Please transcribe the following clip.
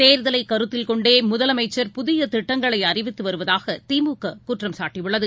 தேர்தலைகருத்தில் கொண்டே முதலமைச்சர் புதியதிட்டங்களைஅறிவித்துவருவதாகதிமுககுற்றம் சாட்டியுள்ளது